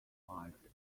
life